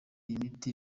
imiti